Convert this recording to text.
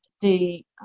the-